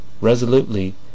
Resolutely